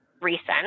recent